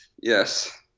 Yes